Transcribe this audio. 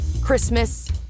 Christmas